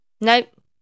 Nope